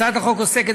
הצעת החוק עוסקת,